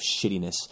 shittiness